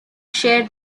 share